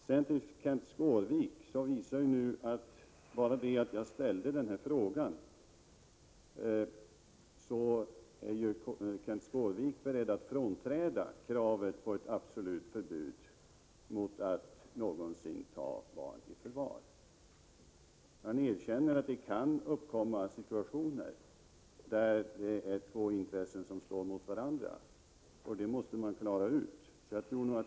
Sedan några ord till Kenth Skårvik: Bara det förhållandet att jag ställde denna fråga visar att Kenth Skårvik är beredd att frånträda kravet på ett absolut förbud att man någonsin skall få ta barn i förvar. Han erkänner att det kan uppkomma situationer där två intressen står emot varandra. Och det måste man klara ut.